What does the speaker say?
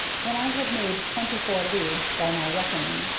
when i had made twenty-four leagues, by my reckoning,